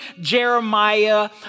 Jeremiah